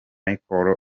michelle